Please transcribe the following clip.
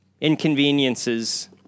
inconveniences